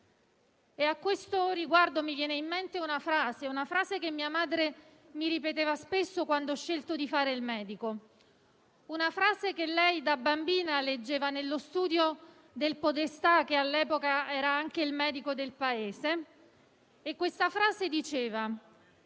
A questo riguardo mi viene in mente una frase che mia madre mi ripeteva spesso quando ho scelto di fare il medico; una frase che lei da bambina leggeva nello studio del podestà, che all'epoca era anche il medico del Paese. Ebbene, la frase diceva